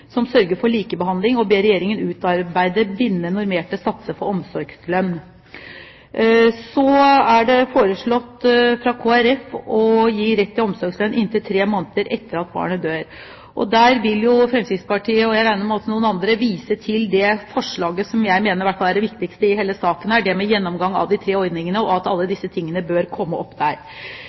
som sørger for likebehandling og ber Regjeringen utarbeide bindende normerte satser for omsorgslønn. Så er det fra Kristelig Folkeparti foreslått å gi rett til omsorgslønn i inntil tre måneder etter at barnet dør. Der vil Fremskrittspartiet – og også noen andre, regner jeg med – vise til det forslaget som i hvert fall jeg mener er det viktigste i saken her: en gjennomgang av de tre ordningene. Alle disse tingene bør komme opp der.